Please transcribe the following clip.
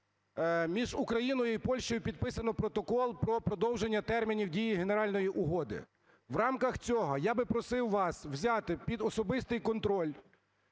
між Україною і Польщею підписано протокол про продовження термінів дії Генеральної угоди. В рамках цього я би просив вас взяти під особистий контроль